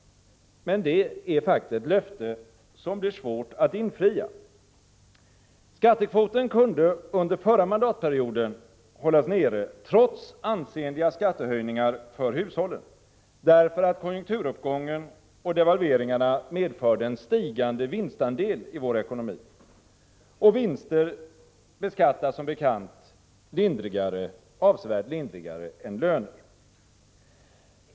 Men det är ett löfte som blir svårt att infria. Skattekvoten kunde under förra mandatperioden hållas nere trots ansenliga skattehöjningar för hushållen, därför att konjunkturuppgången och devalveringarna medförde en stigande vinstandel i vår ekonomi, och vinster beskattas som bekant avsevärt lindrigare än löner.